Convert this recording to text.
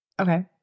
Okay